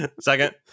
Second